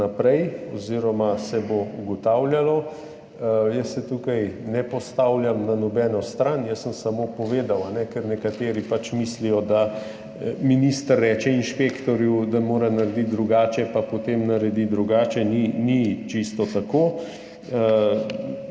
naprej oziroma se bo ugotavljalo. Jaz se tukaj ne postavljam na nobeno stran, jaz sem samo povedal, ker nekateri pač mislijo, da minister reče inšpektorju, da mora narediti drugače, pa potem naredi drugače – ni čisto tako.